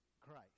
Christ